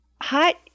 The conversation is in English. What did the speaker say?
hot